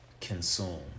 consume